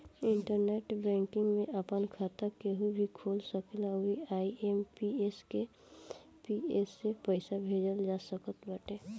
internet banking में आपन खाता केहू भी खोल सकेला अउरी आई.एम.पी.एस से पईसा भेज सकत बाटे